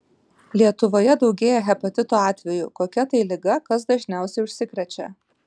lietuvoje daugėja hepatito atvejų kokia tai liga kas dažniausiai užsikrečia